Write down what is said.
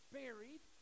buried